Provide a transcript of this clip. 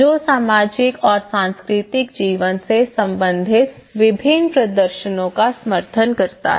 जो सामाजिक और सांस्कृतिक जीवन से संबंधित विभिन्न प्रदर्शनों का समर्थन करता है